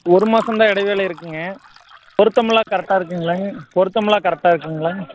ஒரு மாசோம்தான் இடைவேளை இருக்குதுங்க பொருத்தமெல்லாம் கரெக்டாக இருக்குங்களங்கா பொருத்தமெல்லாம் கரெக்டா இருக்குதுங்களா